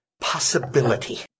possibility